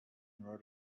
rode